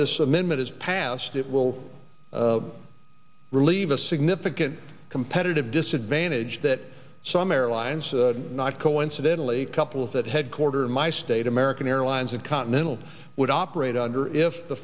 this amendment is passed it will relieve a significant competitive disadvantage that some airlines not coincidentally couples that headquarter in my state american airlines and continental would operate under if the